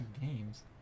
games